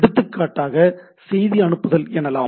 எடுத்துக்காட்டாக செய்தி அனுப்புதல் எனலாம்